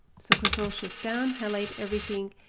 so control shift down, highlight everything,